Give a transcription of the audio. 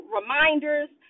reminders